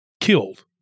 killed